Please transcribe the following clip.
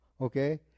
okay